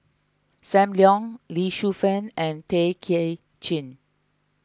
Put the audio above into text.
Sam Leong Lee Shu Fen and Tay Kay Chin